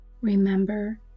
Remember